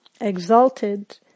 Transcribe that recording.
exalted